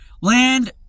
land